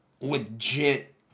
legit